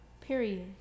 Period